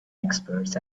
experts